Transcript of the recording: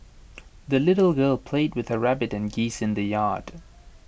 the little girl played with her rabbit and geese in the yard